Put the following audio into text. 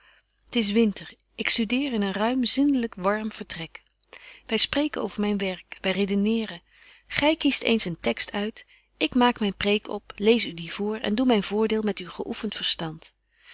t is winter ik studeer in een ruim zindelyk warm vertrek wy spreken over myn werk wy redeneeren gy kiest eens een text uit ik maak myn preek op lees u die voor en doe myn voordeel met uw geoeffent verstand